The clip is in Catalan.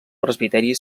presbiteri